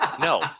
No